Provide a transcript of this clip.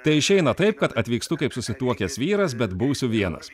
tai išeina taip kad atvykstu kaip susituokęs vyras bet būsiu vienas